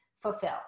fulfill